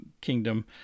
kingdom